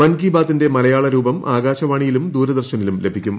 മൻ കി ബാത്തിന്റെ മലയാള രൂപം ആകാശവാണിയിലും ദൂരദർശനിലും ലഭിക്കും